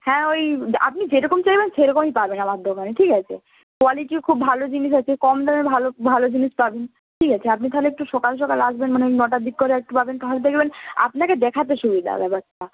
হ্যাঁ ওই আপনি যেরকম চাইবেন সেরকমই পাবেন আমার দোকানে ঠিক আছে কোয়ালিটিও খুব ভালো জিনিস আছে কম দামে ভালো ভালো জিনিস পাবেন ঠিক আছে আপনি তাহলে একটু সকাল সকাল আসবেন মানে ওই নটার দিক করে আসবেন তাহলে দেখবেন আপনাকে দেখাতে সুবিধা হবে ব্যাপারটা